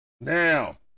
Now